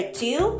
two